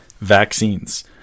vaccines